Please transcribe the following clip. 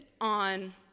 on